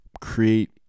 create